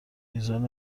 میزان